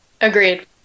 Agreed